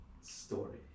Story